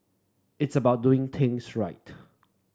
it's about doing things right